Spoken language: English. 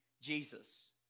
Jesus